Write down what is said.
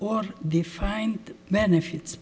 or defined benefits